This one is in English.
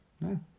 No